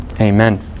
Amen